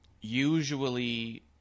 usually